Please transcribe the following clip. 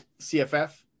CFF